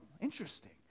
interesting